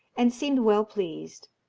and seemed well pleased.